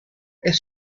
est